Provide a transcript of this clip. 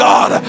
God